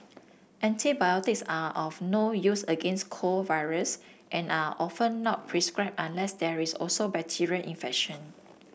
antibiotics are of no use against cold viruses and are often not prescribed unless there is also bacterial infection